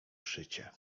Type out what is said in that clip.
szycie